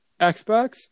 Xbox